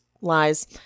lies